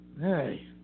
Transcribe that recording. Hey